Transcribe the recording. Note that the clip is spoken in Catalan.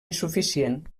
insuficient